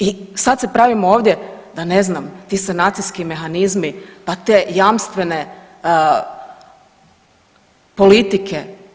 I sad se pravimo ovdje da ne znamo, ti sanacijski mehanizmi, pa te jamstvene politike.